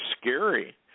scary